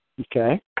Okay